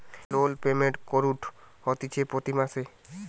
loan payment কুরঢ হতিছে প্রতি মাসে